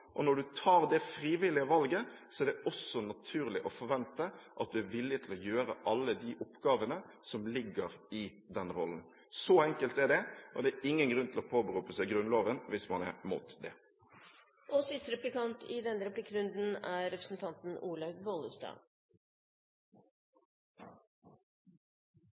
og når en tar det frivillige valget, er det også naturlig å forvente at en er villig til å gjøre alle de oppgavene som ligger i den rollen. Så enkelt er det, og det er ingen grunn til å påberope seg Grunnloven hvis man er mot